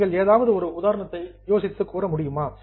நீங்கள் ஏதாவது ஒரு உதாரணத்தை யோசித்து கூற முடியுமா